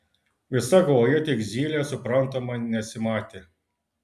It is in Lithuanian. visa gauja tik zylės suprantama nesimatė